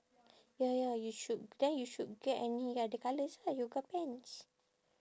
ya ya you should then you should get any other colours ah yoga pants